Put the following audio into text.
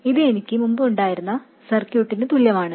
ഇത് എനിക്ക് മുമ്പ് ഉണ്ടായിരുന്ന സർക്യൂട്ടിന് തുല്യമാണ്